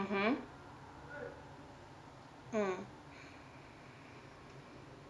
mmhmm mm